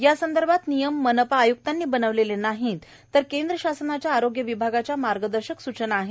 यासंदर्भात नियम मनपा आय्क्तांनी बनविले नाही तर केंद्र शासनाच्या आरोग्य विभागाच्या मार्गदर्शक सूचना आहेत